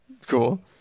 Cool